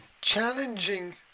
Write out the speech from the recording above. challenging